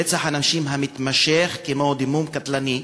רצח הנשים המתמשך, כמו דימום קטלני,